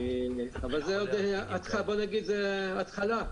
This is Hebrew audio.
אבל זו התחלה.